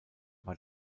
war